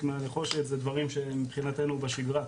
מהנחושת זה דברים שהם מבחינתנו בשגרה,